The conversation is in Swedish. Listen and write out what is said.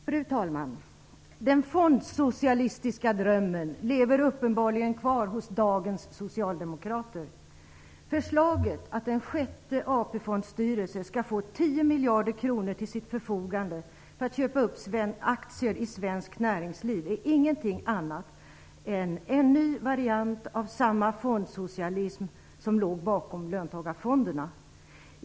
Fru talman! Den fondsocialistiska drömmen lever uppenbarligen kvar hos dagens socialdemokrater. miljarder kronor till sitt förfogande för att köpa upp aktier i svenskt näringsliv är ingenting annat än en ny variant av samma fondsocialism som låg bakom löntagarfonderna.